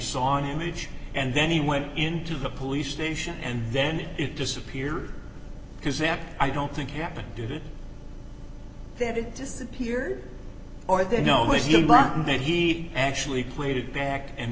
saw an image and then he went into the police station and then it disappeared because i don't think happened did it that it disappeared or they know it's young but then he actually played it back and